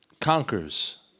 conquers